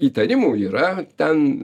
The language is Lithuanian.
įtarimų yra ten